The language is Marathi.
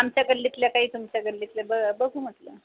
आमच्या गल्लीतल्या काही तुमच्या गल्लीतल्या ब बघू म्हटलं